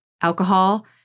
alcohol